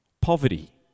poverty